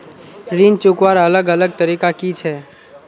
ऋण चुकवार अलग अलग तरीका कि छे?